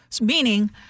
meaning